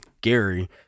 Gary